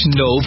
no